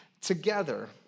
together